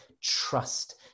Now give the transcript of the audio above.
trust